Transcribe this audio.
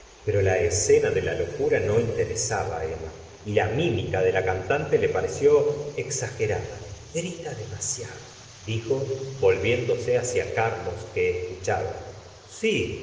pero la escena de la locura no interesaba á eroroa y la mímica de la cantante le pareció exagerada grita demasiado dijo volviéndose hacia carlos que escuchaba si